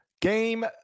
Game